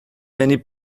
many